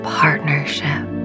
partnership